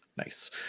Nice